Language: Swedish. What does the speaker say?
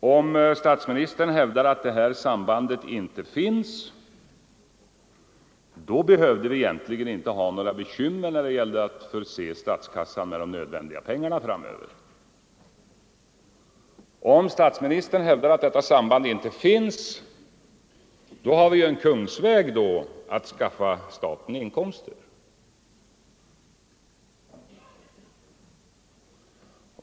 Om statsministern hävdar att ett sådant här samband inte finns, behövde vi egentligen inte ha några bekymmer när det gäller att förse statskassan med nödvändiga medel framöver. Om statsministern hävdar att det sambandet inte finns, har vi en kungsväg att skaffa staten inkomster.